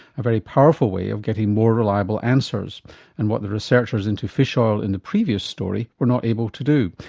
a very powerful way of getting more reliable answers and what the researchers into fish ah oil in the previous story were not able to do.